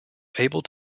able